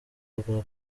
rwa